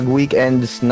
weekends